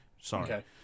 Sorry